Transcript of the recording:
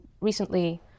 recently